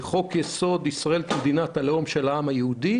בחוק יסוד: ישראל מדינת הלאום של העם היהודי,